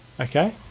Okay